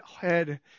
head